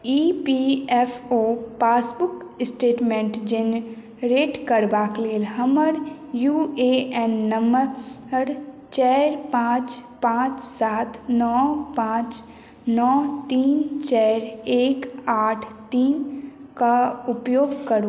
ई P F O passbook statement generate करबाक लेल हमर यू ए एन नंबर चारि पांच पांच सात नओ पांच नओ तीन चारि एक आठ तीन के उपयोग करू